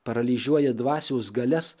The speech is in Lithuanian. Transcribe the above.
paralyžiuoja dvasios galias